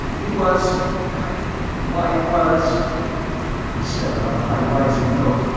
it was why, it was i said, on a high rising note,